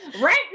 right